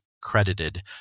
credited